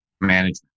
management